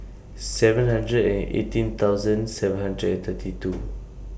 seven hundred and eighteen thousand seven hundred and thirty two